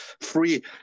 free